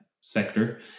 sector